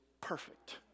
perfect